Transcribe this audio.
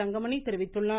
தங்கமணி தெரிவித்துள்ளார்